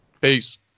Peace